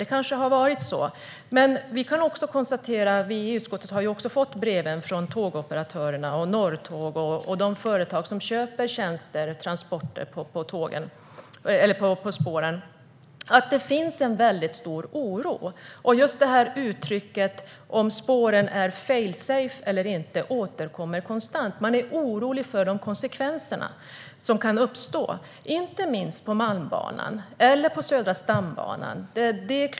Det kanske har varit så, men vi i utskottet har också fått breven från Tågoperatörerna, Norrtåg och de företag som köper tjänster, transporter, på spåren, och vi kan konstatera att det finns en stor oro. Uttrycket om huruvida spåren är fail safe eller inte återkommer konstant. Man är orolig för de konsekvenser som kan uppstå, inte minst på Malmbanan och på Södra stambanan.